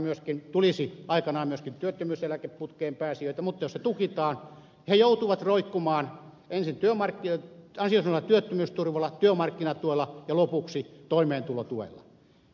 heistä tulisi aikanaan myöskin työttömyyseläkeputkeen pääsijöitä mutta jos se tukitaan he joutuvat roikkumaan ensin ansiosidonnaisella työttömyysturvalla työmarkkinatuella ja lopuksi toimeentulotuella